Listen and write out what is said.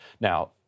Now